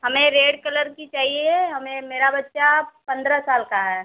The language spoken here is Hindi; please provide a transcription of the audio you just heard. हमें रेड कलर की चाहिए हमें मेरा बच्चा पंद्रह साल का है